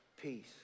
Peace